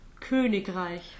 Königreich